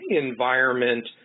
environment